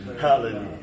Hallelujah